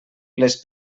les